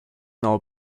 now